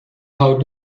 how